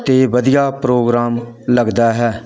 ਅਤੇ ਵਧੀਆ ਪ੍ਰੋਗਰਾਮ ਲੱਗਦਾ ਹੈ